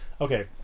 Okay